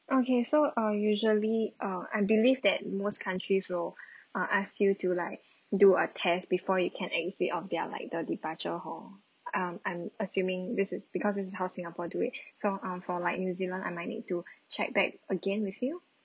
okay so uh usually uh I believe that most countries will uh ask you to like do a test before you can exit on their like the departure hall um I'm assuming this is because this is how singapore do it so um for like new zealand I might need to check back again with you